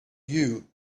you